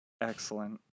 excellent